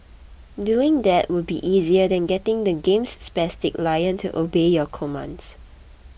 doing that would be easier than getting the game's spastic lion to obey your commands